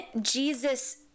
Jesus